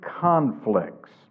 conflicts